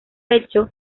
hecho